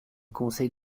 conseil